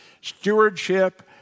Stewardship